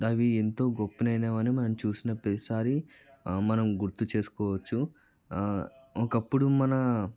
అవి ఎంతో గొప్పదైనవని మనం చూసిన ప్రతిసారి మనం గుర్తు చేసుకోవచ్చు ఒకప్పుడు మన